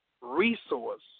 resource